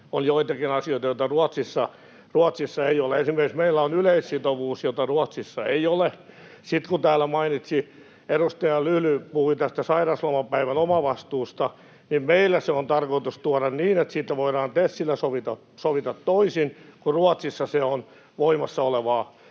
on joitakin asioita, joita Ruotsissa ei ole. Meillä on esimerkiksi yleissitovuus, jota Ruotsissa ei ole. Sitten, kun täällä edustaja Lyly puhui sairauslomapäivän omavastuusta, niin meillä se on tarkoitus tuoda niin, että siitä voidaan TESillä sopia toisin, kun Ruotsissa se on voimassa olevaa